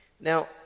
Now